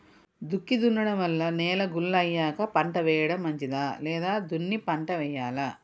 దుక్కి దున్నడం వల్ల నేల గుల్ల అయ్యాక పంట వేయడం మంచిదా లేదా దున్ని పంట వెయ్యాలా?